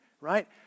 right